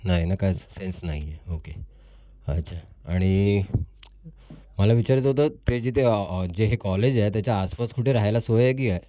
नाही ना का सेन्स नाही आहे ओके अच्छा आणि मला विचारायचं होतं ते जिथे जे हे कॉलेज आहे त्याच्या आसपास कुठे रहायला सोय आहे की काय